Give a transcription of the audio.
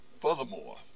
Furthermore